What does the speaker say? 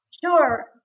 Sure